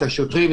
את השוטרים,